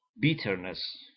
bitterness